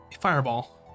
fireball